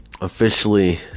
officially